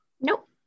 Nope